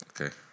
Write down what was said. Okay